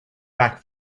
back